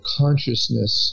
consciousness